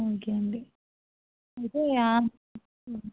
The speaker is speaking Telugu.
ఓకే అండి అయితే ఆన్